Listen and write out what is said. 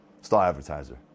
Star-Advertiser